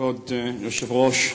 כבוד היושב-ראש,